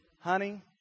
honey